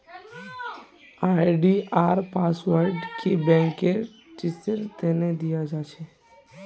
आई.डी.आर पासवर्डके बैंकेर पोर्टलत रेजिस्ट्रेशनेर बाद दयाल जा छेक